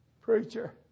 Preacher